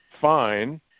fine